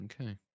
Okay